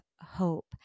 hope